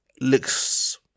looks